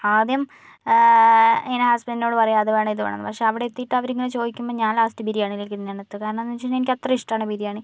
ആദ്യം ഇങ്ങനെ ഹസ്ബന്റിനോട് പറയും അത് വേണം ഇതു വേണം എന്ന് പക്ഷേ അവിടെ എത്തിയിട്ട് അവരിങ്ങനെ ചോദിക്കൂമ്പോൾ ഞാൻ ലാസ്റ്റ് ബിരിയാണിയിലേക്ക് തന്നെ ആണ് എത്തുക കാരണം എന്നുവെച്ചുകഴിഞ്ഞാല് എനിക്ക് അത്ര ഇഷ്ടമാണ് ബിരിയാണി